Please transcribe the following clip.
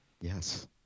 Yes